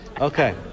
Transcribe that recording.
Okay